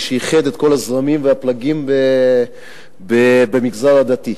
שאיחד את כל הזרמים והפלגים במגזר הדתי.